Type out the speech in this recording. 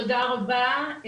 תודה רבה.